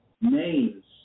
names